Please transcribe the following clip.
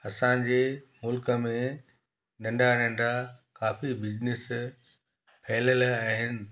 असांजे मुल्क में नंढा नंढा काफ़ी बिजनेस फहिलियल आहिनि